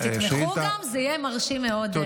אם תתמכו, זה יהיה מרשים מאוד.